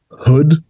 hood